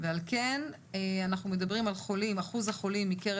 ועל כן אנחנו מדברים על אחוז החולים מקרב